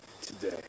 today